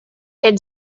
had